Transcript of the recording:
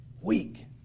Weak